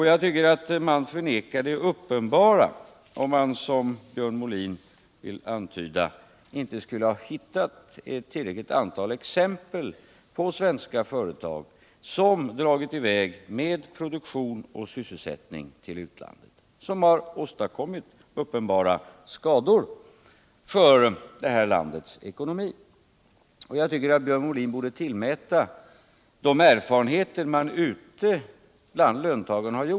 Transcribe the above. Jag tycker att man förnekar det uppenbara om man, som Björn Molin, vill antyda att man inte skulle ha hittat ett tillräckligt antal exempel på svenska företag som dragit i väg med produktion och sysselsättning till utlandet och därigenom åstadkommit uppenbara skador för det här landets ekonomi. Jag tycker att Björn Molin borde tillmäta de erfarenheter av detta som man gjort Valutaregleringen.